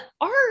art